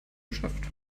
geschäft